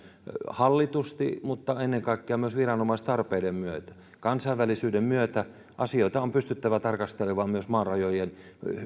hallitusti mutta ennen kaikkea myös viranomaistarpeiden myötä kansainvälisyyden myötä asioita on pystyttävä tarkastelemaan myös maan rajojen